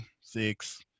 six